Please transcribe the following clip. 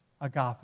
agape